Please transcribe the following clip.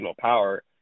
power